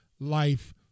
Life